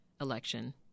election